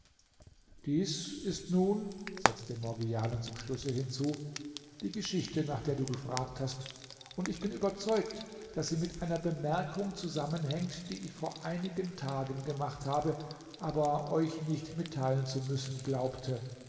dies ist nun setzte morgiane zum schlusse hinzu die geschichte nach der du gefragt hast und ich bin überzeugt daß sie mit einer bemerkung zusammenhängt die ich vor einigen tagen gemacht habe aber euch nicht mitteilen zu müssen glaubte